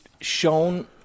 shown